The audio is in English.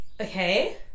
okay